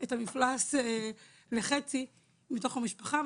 את המפלס לחצי מתוך המשפחה.